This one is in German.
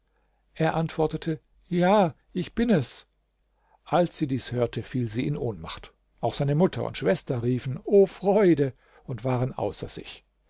er antwortete ja ich bin es als sie dies hörte fiel sie in ohnmacht auch seine mutter und schwester riefen o freude und waren außer sich